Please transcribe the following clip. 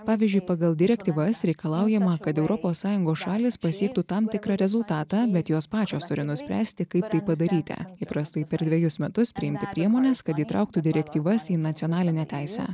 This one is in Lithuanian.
pavyzdžiui pagal direktyvas reikalaujama kad europos sąjungos šalys pasiektų tam tikrą rezultatą bet jos pačios turi nuspręsti kaip tai padaryti įprastai per dvejus metus priimti priemones kad įtrauktų direktyvas į nacionalinę teisę